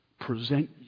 present